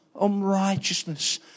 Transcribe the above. unrighteousness